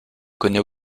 connaît